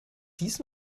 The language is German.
dies